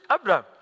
Abraham